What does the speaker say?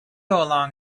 along